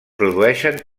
produeixen